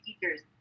teachers